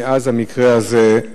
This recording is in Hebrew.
מאז המקרה הזה,